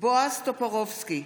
בועז טופורובסקי,